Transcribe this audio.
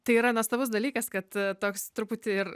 tai yra nuostabus dalykas kad toks truputį ir